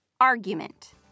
argument